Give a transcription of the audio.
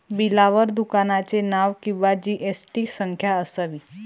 बिलावर दुकानाचे नाव किंवा जी.एस.टी संख्या असावी